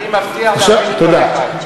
אני מבטיח, תודה.